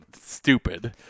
stupid